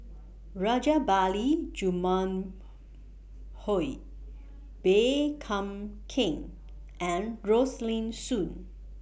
Rajabali Jumabhoy Baey calm Keng and Rosaline Soon